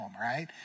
right